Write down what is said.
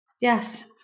Yes